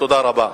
תודה רבה.